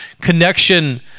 connection